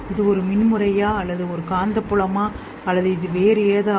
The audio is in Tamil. இது ஒரு மின் முறை அல்லது ஒரு காந்தப்புலம் அல்லது அது வேறு ஏதாவது